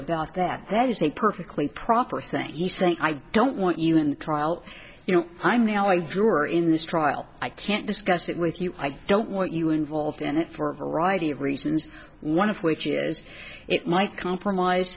about that that is a perfectly proper thank you saying i don't want you in the trial you know i'm now you're in this trial i can't discuss it with you i don't want you involved in it for a variety of reasons one of which is it might compromise